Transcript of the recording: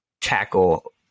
tackle